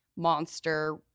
Monster